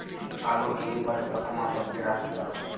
আলু হিম ঘরে কতো মাস অব্দি রাখতে পারবো?